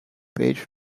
page